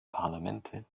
parlamente